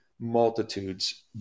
multitudes